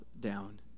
down